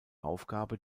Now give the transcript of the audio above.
aufgabe